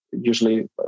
usually